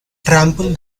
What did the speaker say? trample